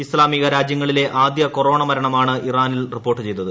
ഇസ്ലാമിക രാജ്യങ്ങളിലെ ആദ്യ കൊറോണ മരണ്മാണ് ഇറാനിൽ റിപ്പോർട്ട് ചെയ്തത്